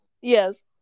Yes